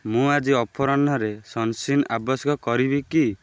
ମୁଁ ଆଜି ଅପରାହ୍ନରେ ସନ୍ସ୍କ୍ରିନ୍ ଆବଶ୍ୟକ କରିବି କି